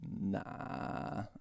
nah